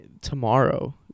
tomorrow